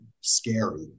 scary